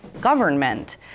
government